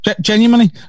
genuinely